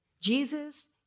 Jesus